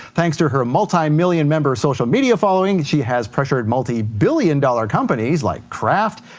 thanks to her multi-million member social media following, she has pressured multi-billion dollar companies like kraft,